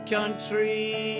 Country